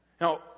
Now